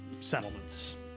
settlements